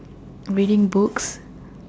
reading books